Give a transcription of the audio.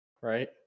right